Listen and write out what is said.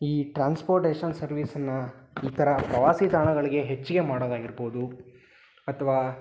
ಈ ಟ್ರಾನ್ಸ್ಪೋರ್ಟೇಷನ್ ಸರ್ವೀಸನ್ನು ಈ ಥರ ಪ್ರವಾಸಿ ತಾಣಗಳಿಗೆ ಹೆಚ್ಚಿಗೆ ಮಾಡೋದಾಗಿರ್ಬೋದು ಅಥವಾ